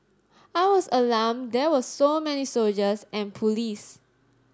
I was alarmed there were so many soldiers and police